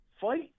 fight